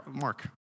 Mark